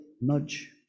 nudge